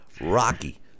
Rocky